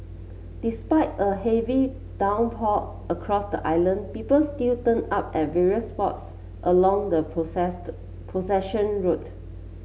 despite a heavy downpour across the island people still turned up at various spots along the procession route